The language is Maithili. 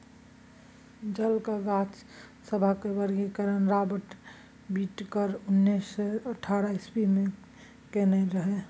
जलक गाछ सभक वर्गीकरण राबर्ट बिटकर उन्नैस सय अठहत्तर इस्वी मे केने रहय